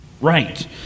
right